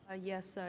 ah yes. ah